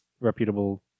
reputable